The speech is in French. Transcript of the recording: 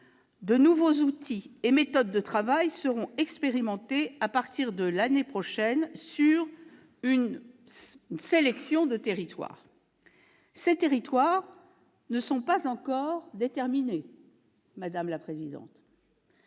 de nouveaux outils et méthodes de travail seront expérimentés, à partir de l'année prochaine, sur une sélection de territoires. Ceux-ci ne sont pas encore déterminés, madame la présidente